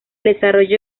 desarrollo